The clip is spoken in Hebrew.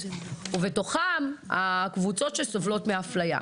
ובתוכם, הקבוצות שסובלות מאפליה.